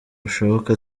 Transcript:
bushoboka